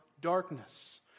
darkness